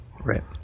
Right